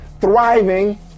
thriving